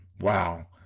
wow